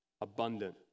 abundant